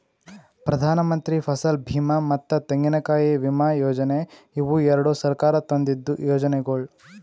ಪ್ರಧಾನಮಂತ್ರಿ ಫಸಲ್ ಬೀಮಾ ಮತ್ತ ತೆಂಗಿನಕಾಯಿ ವಿಮಾ ಯೋಜನೆ ಇವು ಎರಡು ಸರ್ಕಾರ ತಂದಿದ್ದು ಯೋಜನೆಗೊಳ್